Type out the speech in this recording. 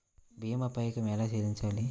భీమా పైకం ఎలా చెల్లించాలి?